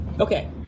Okay